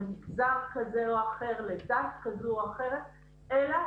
האם